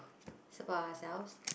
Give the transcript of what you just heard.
support ourselves